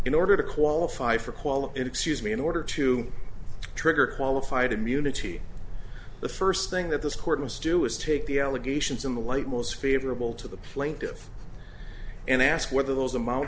in order to qualify for quality in excuse me in order to trigger qualified immunity the first thing that this court must do is take the allegations in the light most favorable to the plaintiff and ask whether those amount